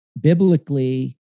biblically